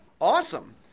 Awesome